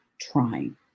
trying